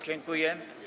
Dziękuję.